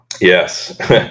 Yes